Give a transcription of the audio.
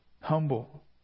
humble